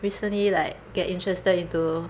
recently like get interested into